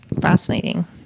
fascinating